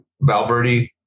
Valverde